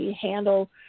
handle